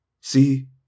See